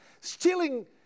stealing